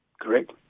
Correct